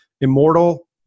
Immortal